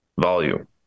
volume